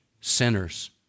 sinners